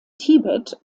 tibet